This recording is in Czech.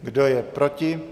Kdo je proti?